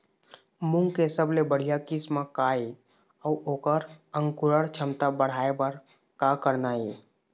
मूंग के सबले बढ़िया किस्म का ये अऊ ओकर अंकुरण क्षमता बढ़ाये बर का करना ये?